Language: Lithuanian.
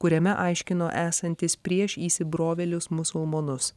kuriame aiškino esantis prieš įsibrovėlius musulmonus